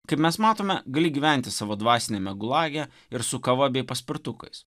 kaip mes matome gali gyventi savo dvasiniame gulage ir su kava bei paspirtukais